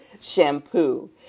shampoo